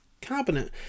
cabinet